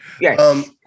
Yes